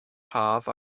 haf